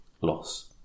loss